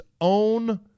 own